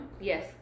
Yes